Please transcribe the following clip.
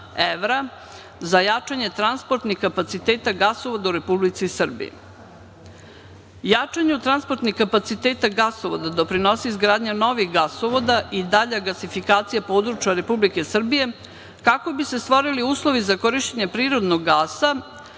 za jačanje transportnih kapaciteta gasovoda u Republici Srbiji. Jačanju transportnih kapaciteta gasovoda doprinosi izgradnja novih gasovoda i dalja gasifikacija područja Republike Srbije, kako bi se stvorili uslovi za korišćenje prirodnog gasa